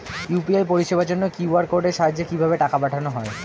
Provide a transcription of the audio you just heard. UPI পরিষেবার জন্য QR কোডের সাহায্যে কিভাবে টাকা পাঠানো হয়?